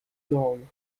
normes